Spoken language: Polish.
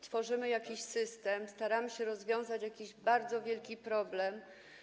Tworzymy jakiś system, staramy się rozwiązać bardzo wielki problem.